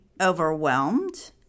overwhelmed